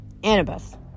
Annabeth